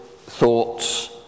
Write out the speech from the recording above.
thoughts